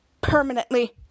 Permanently